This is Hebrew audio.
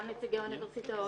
גם נציגי האוניברסיטאות.